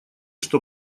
что